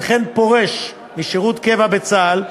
וכן פורש משירות קבע בצה"ל,